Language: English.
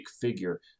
figure